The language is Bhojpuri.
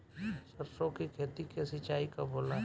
सरसों की खेती के सिंचाई कब होला?